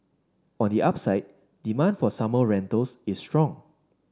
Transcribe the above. on the upside demand for summer rentals is strong